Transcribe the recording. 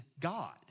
God